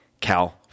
Cal